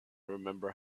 remember